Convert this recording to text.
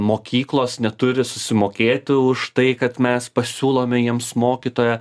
mokyklos neturi susimokėti už tai kad mes pasiūlome jiems mokytoją